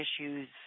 issues